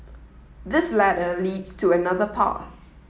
this ladder leads to another path